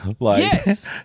Yes